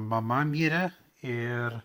mama mirė ir